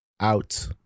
out